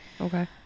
Okay